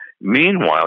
Meanwhile